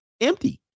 empty